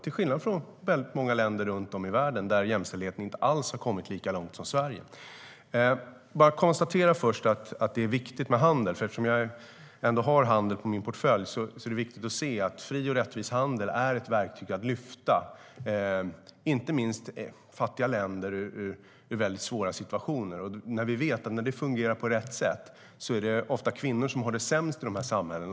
I många länder runt om i världen har jämställdheten inte alls kommit lika långt som i Sverige. Det är viktigt med handel. Eftersom jag har handeln i min portfölj är det viktigt för mig att se en fri och rättvis handel som ett verktyg för att lyfta inte minst fattiga länder ur mycket svåra situationer. När det fungerar på rätt sätt kan det gynna kvinnor, som ofta har det sämst i dessa samhällen.